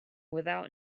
without